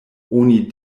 oni